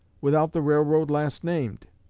without the railroad last named.